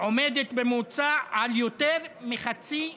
היא בממוצע יותר מחצי ממנו.